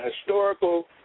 historical